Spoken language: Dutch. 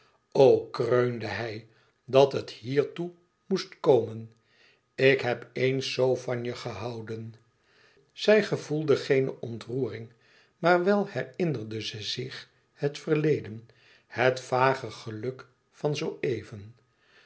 kreunde hij dat het hiertoe moest komen ik heb eens zoo van je gehouden zij gevoelde geene ontroering maar wel herinnerde ze zich het verleden het vage geluk van zoo even